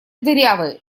дырявой